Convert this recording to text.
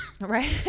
Right